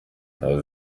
nta